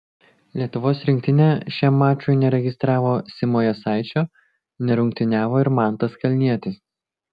lietuvos rinktinė šiam mačui neregistravo simo jasaičio nerungtyniavo ir mantas kalnietis